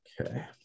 Okay